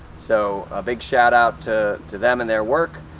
so a big shout-out to to them and their work,